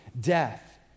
death